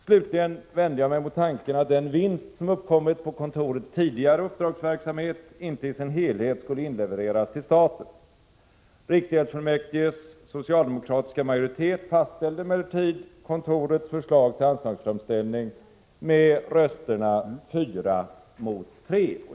Slutligen vände jag mig mot tanken att den vinst som uppkommit på kontorets tidigare uppdragsverksamhet inte i sin helhet skulle inlevereras till staten. Riksgäldsfullmäktiges socialdemokratiska majoritet fastställde emellertid kontorets förslag till anslagsframställning med rösterna 4 mot 3.